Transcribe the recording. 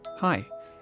Hi